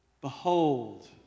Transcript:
Behold